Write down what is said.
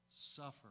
suffer